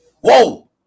Whoa